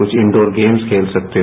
कुछ indoor games खेल सकते हो